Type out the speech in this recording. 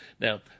Now